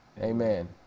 Amen